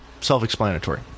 Self-explanatory